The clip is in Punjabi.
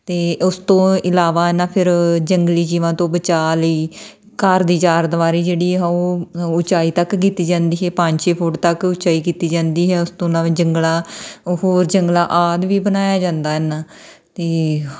ਤੇ ਉਸ ਤੋਂ ਇਲਾਵਾ ਨਾ ਫੇਰ ਜੰਗਲੀ ਜੀਵਾਂ ਤੋਂ ਬਚਾ ਲਈ ਘਰ ਦੀ ਚਾਰ ਦਿਵਾਰੀ ਜਿਹੜੀ ਹੈ ਉਹ ਉਚਾਈ ਤੱਕ ਕੀਤੀ ਜਾਂਦੀ ਹੈ ਪੰਜ ਛੇ ਫੁੱਟ ਤੱਕ ਉਚਾਈ ਕੀਤੀ ਜਾਂਦੀ ਹੈ ਉਸ ਤੋਂ ਇਲਾਵਾ ਜੰਗਲਾ ਉਹ ਜੰਗਲਾ ਆਦਿ ਵੀ ਬਣਾਇਆ ਜਾਂਦਾ ਐਨਾ ਤੇ